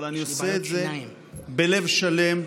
אבל אני עושה את זה בלב שלם,